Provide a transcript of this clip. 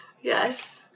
Yes